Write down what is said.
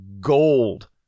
gold